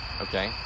okay